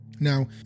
Now